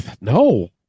No